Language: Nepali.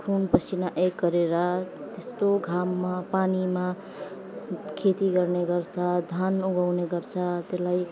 खुनपसिना एक गरेर यस्तो घाममा पानीमा खेती गर्ने गर्छ धान उगाउने गर्छ त्यसलाई